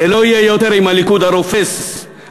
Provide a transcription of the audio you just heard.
זה לא יהיה יותר עם הליכוד הרופס והבוגדני.